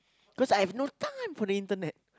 because I have no time for the internet